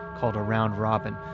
called a round-robin,